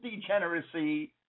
degeneracy